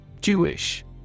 Jewish